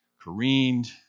careened